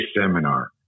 seminar